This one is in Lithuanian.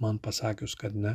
man pasakius kad ne